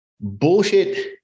bullshit